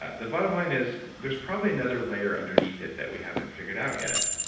ah the bottom line is there's probably another layer underneath it that we haven't figured out yet.